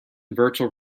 virtual